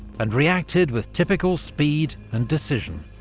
and reacted with typical speed and decision.